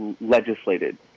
legislated